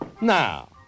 Now